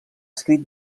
escrit